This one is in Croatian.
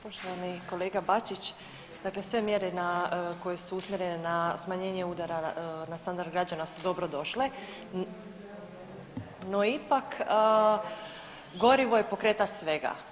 Poštovani kolega Bačić, dakle sve mjere na, koje su usmjerene na smanjenje udara na standard građana su dobro došle, no ipak gorivo je pokretač svega.